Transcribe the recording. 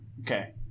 Okay